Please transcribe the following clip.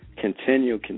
continue